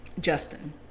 Justin